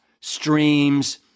streams